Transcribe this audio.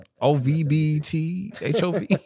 O-V-B-T-H-O-V